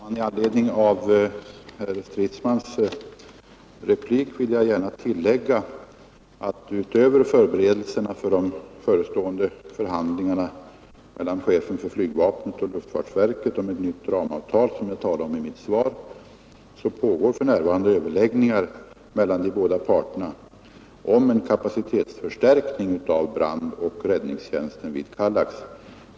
Herr talman! I anledning av herr Stridsmans replik vill jag gärna tillägga att utöver förberedelserna för de förestående förhandlingarna mellan chefen för flygvapnet och luftfartsverket om det nya ramavtal, som jag talade om i mitt svar, för närvarande pågår överläggningar mellan de båda parterna om en kapacitetsförstärkning av brandoch räddningstjänsten vid Kallax flygplats.